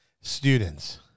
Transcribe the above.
students